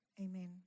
Amen